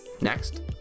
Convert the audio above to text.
Next